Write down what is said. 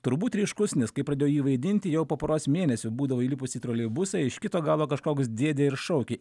turbūt ryškus nes kai pradėjau jį vaidinti jau po poros mėnesių būdavo įlipusi į troleibusą iš kito galo kažkoks dėdė ir šaukė